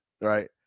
right